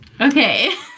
okay